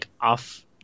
off